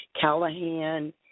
Callahan